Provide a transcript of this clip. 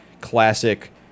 classic